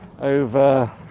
over